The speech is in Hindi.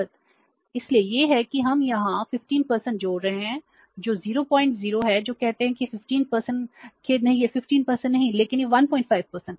इसलिए यह है कि हम यहां 15 जोड़ रहे हैं जो 00 है जो कहते हैं कि 15 खेद नहीं है यह 15 नहीं है लेकिन यह 15 है